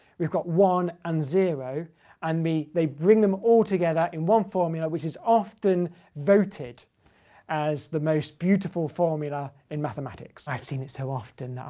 we've got one and zero and they bring them all together in one formula which is often voted as the most beautiful formula in mathematics. i've seen it so often,